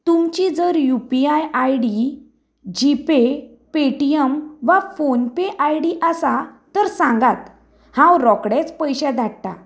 तुमची जर U P I ID G Pay Paytm वा फोन पे आयडी आसा तर सांगात हांव रोखडेंच पयशे धाडटां